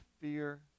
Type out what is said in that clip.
fear